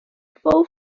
fou